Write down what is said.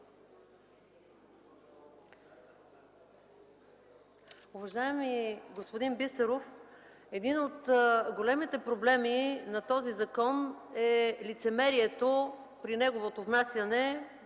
Уважаеми господин Бисеров, един от големите проблеми на този закон е лицемерието при неговото внасяне,